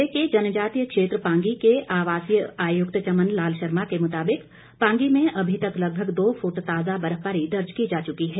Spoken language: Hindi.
जिले के जनजातीय क्षेत्र पांगी के आवासीय आयुक्त चमन लाल शर्मा के मुताबिक पांगी में अभी तक लगभग दो फूट ताजा बर्फबारी दर्ज की जा चुकी है